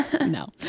No